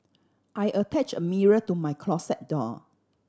I attached a mirror to my closet door